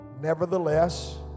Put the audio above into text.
Nevertheless